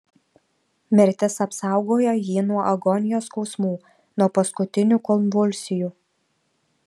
mirtis apsaugojo jį nuo agonijos skausmų nuo paskutinių konvulsijų